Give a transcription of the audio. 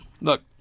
look